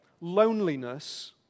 loneliness